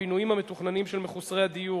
בנושא: הפינויים המתוכננים של מחוסרי דיור,